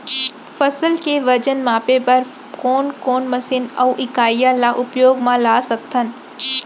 फसल के वजन मापे बर कोन कोन मशीन अऊ इकाइयां ला उपयोग मा ला सकथन?